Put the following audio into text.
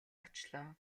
очлоо